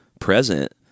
present